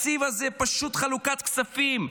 התקציב הזה הוא פשוט חלוקת כספים.